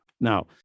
Now